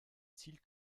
ziel